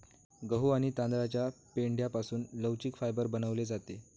गहू आणि तांदळाच्या पेंढ्यापासून लवचिक फायबर बनवले जाते